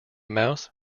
mouse